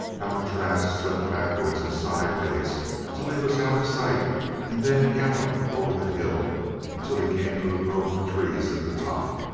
alcatraz slipped backwards and sideways till he was out of sight and then galloped over the hill until he came to a grove of trees at the top.